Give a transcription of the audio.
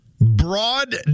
broad